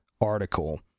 article